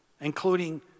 including